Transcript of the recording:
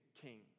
king